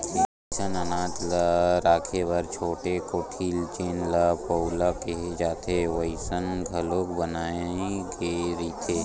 असइन अनाज ल राखे बर छोटे कोठी जेन ल पउला केहे जाथे वइसन घलोक बनाए गे रहिथे